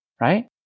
right